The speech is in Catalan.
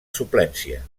suplència